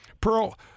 Pearl